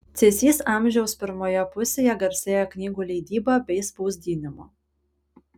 cėsys amžiaus pirmoje pusėje garsėjo knygų leidyba bei spausdinimu